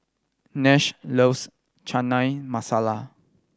Nash loves Chana Masala